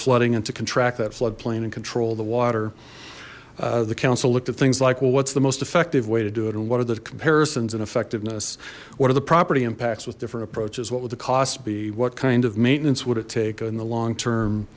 flooding and to contract that floodplain and control the water the council looked at things like well what's the most effective way to do it and what are the comparisons and effectiveness what are the property impacts with different approaches what would the cost be what kind of maintenance would it take in the long term